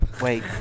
wait